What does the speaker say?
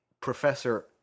Professor